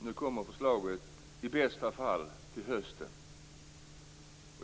Nu kommer förslaget i bästa fall till hösten.